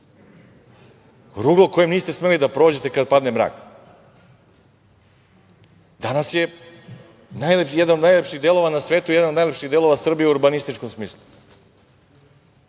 ruglo kojim niste smeli da prođete kada padne mrak. Danas je jedan od najlepših delova na svetu, jedan od najlepših delova Srbije u urbanističkom smislu,